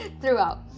throughout